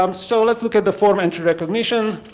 um so let's look at the form entry recognition,